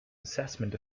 assessment